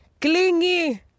clingy